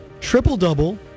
triple-double